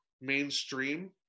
mainstream